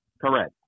correct